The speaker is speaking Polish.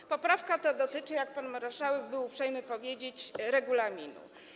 Ta poprawka dotyczy, jak pan marszałek był uprzejmy powiedzieć, regulaminu.